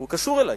והוא קשור אלי.